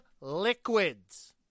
liquids